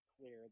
clear